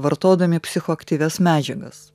vartodami psichoaktyvias medžiagas